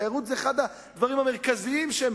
תיירות היא אחד הדברים המרכזיים שהם